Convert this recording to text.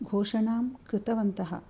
घोषणां कृतवन्तः